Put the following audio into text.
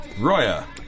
Roya